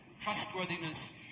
trustworthiness